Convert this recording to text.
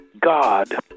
god